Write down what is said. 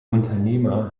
unternehmer